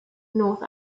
north